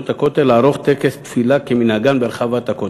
הכותל" לערוך טקס תפילה כמנהגן ברחבת הכותל.